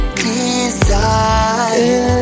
desire